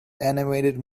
animated